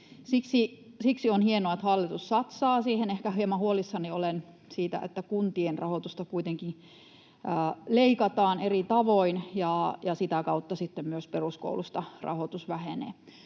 Siksi on hienoa, että hallitus satsaa siihen. Ehkä hieman huolissani olen siitä, että kuntien rahoitusta kuitenkin leikataan eri tavoin ja sitä kautta sitten myös peruskoulusta rahoitus vähenee.